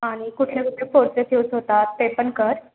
आणि कुठले कुठले कोर्सेस यूज होतात ते पण कर